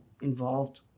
involved